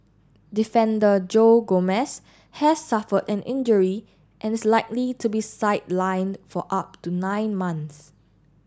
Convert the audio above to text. defender Joe Gomez has suffered an injury and is likely to be sidelined for up to nine months